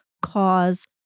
Cause